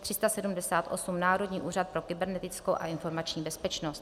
378 Národní úřad pro kybernetickou a informační bezpečnost